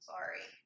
Sorry